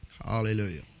Hallelujah